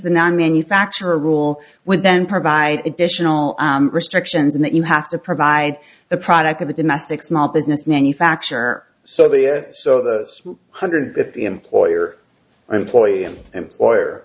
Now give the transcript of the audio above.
the nine manufacturer rule would then provide additional restrictions in that you have to provide the product of a domestic small business manufacturer so they are so the hundred fifty employer employee employer